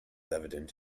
evident